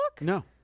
No